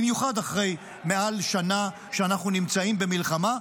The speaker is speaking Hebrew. במיוחד אחרי מעל שנה שאנחנו נמצאים במלחמה.